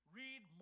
read